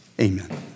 Amen